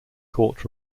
court